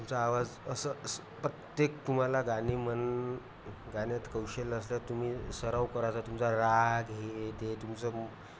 तुमचा आवाज असं प्रत्येक तुम्हाला गाणी मन गाण्यात कौशल असा तुम्ही सराव करायचा तुमचा राग हे ते तुमचं